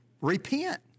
repent